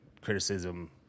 criticism